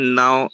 now